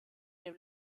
dem